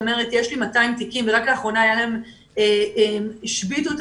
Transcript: שיש לה 200 או 300 תיקים - ורק לאחרונה הם השביתו את